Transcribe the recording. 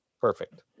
Perfect